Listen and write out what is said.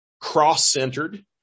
cross-centered